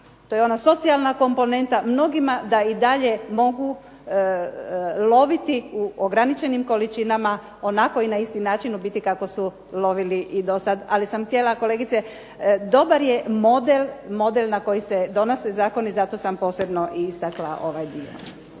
to je ona socijalna komponenta, mnogima da i dalje mogu loviti u ograničenim količinama onako i na isti način u biti kako su lovili i dosad. Ali sam htjela kolegice, dobar je model na koji se donose zakoni, zato sam posebno i istakla ovaj dio.